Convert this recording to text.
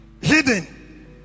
hidden